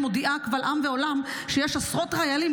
מודיעה קבל עם ועולם שיש עשרות חיילים,